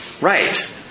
Right